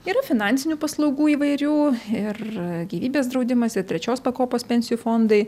yra finansinių paslaugų įvairių ir gyvybės draudimas ir trečios pakopos pensijų fondai